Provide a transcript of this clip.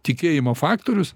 tikėjimo faktorius